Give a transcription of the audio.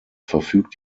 verfügt